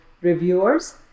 reviewers